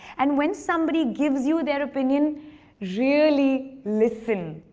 and when somebody gives you their opinion really listen.